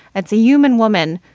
that's a human woman.